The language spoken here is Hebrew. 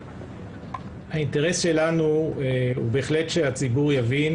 האינטרס שלנו הוא בהחלט שהציבור יבין